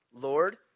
Lord